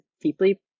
deeply